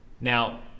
now